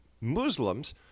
Muslims